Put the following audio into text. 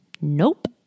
Nope